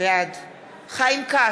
בעד חיים כץ,